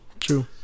True